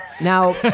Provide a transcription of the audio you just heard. Now